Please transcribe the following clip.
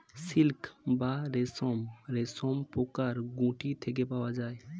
silk বা রেশম রেশমপোকার গুটি থেকে পাওয়া যায়